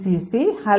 gcc hello